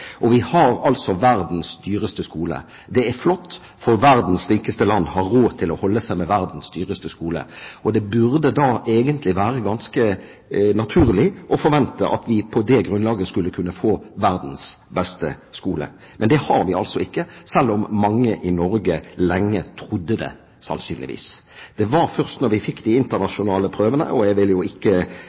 Vi har altså verdens dyreste skole. Det er flott, for verdens rikeste land har råd til å holde seg med verdens dyreste skole. Det burde da egentlig være ganske naturlig å forvente at vi på det grunnlaget skulle kunne få verdens beste skole. Men det har vi altså ikke, selv om mange i Norge lenge trodde det, sannsynligvis. Jeg vil ikke her rippe opp i hvilke partier på Stortinget som var imot at Norge skulle delta i internasjonale prøver. Det hadde vi ikke